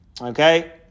Okay